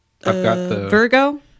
Virgo